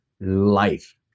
life